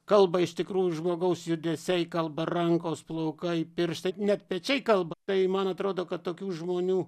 kalba iš tikrųjų žmogaus judesiai kalba rankos plaukai pirštai net pečiai kalba tai man atrodo kad tokių žmonių